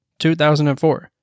2004